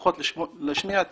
לפחות להשמיע את